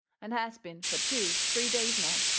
and has been fur two, three days now.